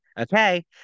Okay